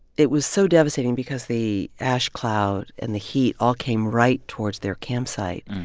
it was so devastating because the ash cloud and the heat all came right towards their campsite.